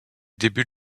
début